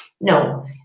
No